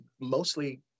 mostly